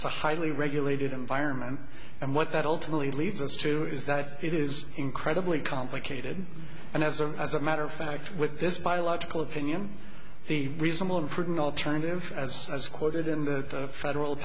highly regulated environment and what that ultimately leads us to is that it is incredibly complicated and as a as a matter of fact with this biological opinion the reasonable and prudent alternative as as quoted in the federal